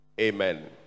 Amen